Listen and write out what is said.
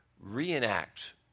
reenact